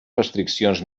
restriccions